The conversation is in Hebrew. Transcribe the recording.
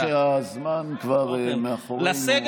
השר אלקין, אני חושב שהזמן כבר מאחורינו.